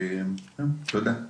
תודה.